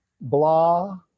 blah